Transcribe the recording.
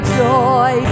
joy